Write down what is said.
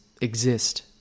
exist